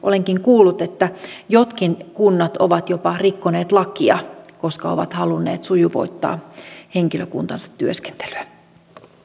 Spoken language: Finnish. olenkin kuullut että jotkin kunnat ovat jopa rikkoneet lakia koska ovat halunneet sujuvoittaa henkilökuntansa työskentelyä